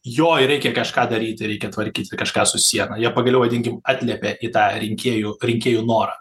jo ir reikia kažką daryti reikia tvarkyti kažką su siena jie pagaliau vadinkim atliepė į tą rinkėjų rinkėjų norą